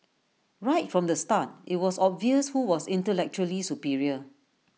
right from the start IT was obvious who was intellectually superior